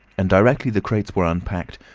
and directly the crates were unpacked,